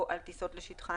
או על טיסות לשטחן,